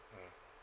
mm